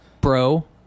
bro